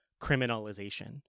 criminalization